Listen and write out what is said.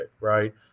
right